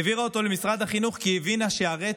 היא העבירה אותו למשרד החינוך כי היא הבינה שהרצף